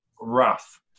rough